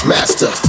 Master